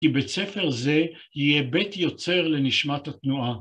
כי בית ספר זה יהיה בית יוצר לנשמת התנועה.